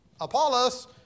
Apollos